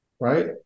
right